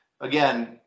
again